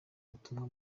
ubutumwa